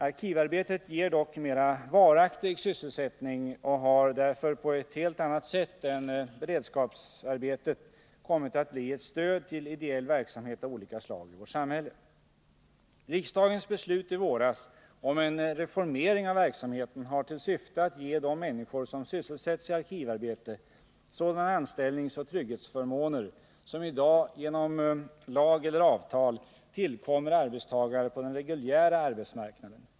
Arkivarbetet ger dock mera varaktig sysselsättning och har därför — på ett helt annat sätt än beredskapsarbetet — kommit att bli ett stöd till ideell verksamhet av olika slag i vårt samhälle. Riksdagens beslut i våras om en reformering av verksamheten har till syfte att ge de människor som sysselsätts i arkivarbete sådana anställningsoch trygghetsförmåner som i dag genom lag eller avtal tillkommer arbetstagare på den reguljära arbetsmarknaden.